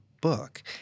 book